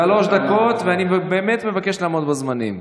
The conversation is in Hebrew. שלוש דקות, ואני באמת מבקש לעמוד בזמנים.